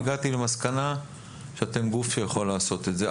הגעתי למסקנה שאתם גוף שיכול לעשות את זה.